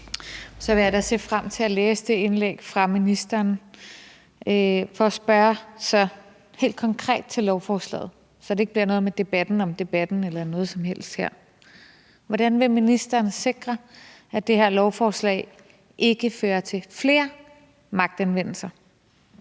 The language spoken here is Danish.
Så vil jeg se frem til at læse det indlæg fra ministeren. Jeg vil så spørge helt konkret til lovforslaget, så det ikke bliver noget om debatten om debatten eller noget som helst her. Hvordan vil ministeren sikre, at det her lovforslag ikke fører til flere magtanvendelser?